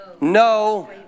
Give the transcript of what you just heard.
no